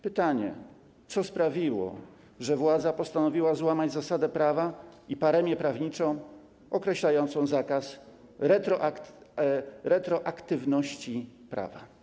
Pytanie, co sprawiło, że władza postanowiła złamać zasadę prawa i paremię prawniczą określającą zakaz retroaktywności prawa.